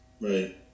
Right